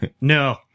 No